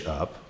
up